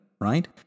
right